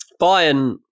Bayern